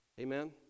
Amen